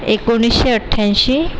एकोणिसशे अठ्ठ्याऐंशी